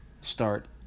start